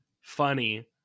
funny